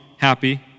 happy